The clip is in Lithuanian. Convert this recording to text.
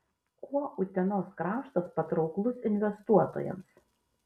kuo utenos kraštas patrauklus investuotojams